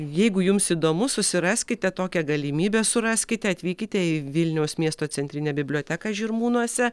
jeigu jums įdomu susiraskite tokią galimybę suraskite atvykite į vilniaus miesto centrinę biblioteką žirmūnuose